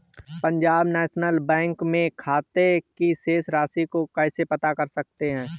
Punjab National Bank में खाते की शेष राशि को कैसे पता कर सकते हैं?